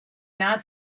not